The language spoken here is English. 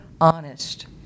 honest